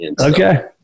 okay